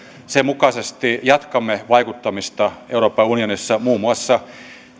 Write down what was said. sen mukaisesti jatkamme vaikuttamista euroopan unionissa muun muassa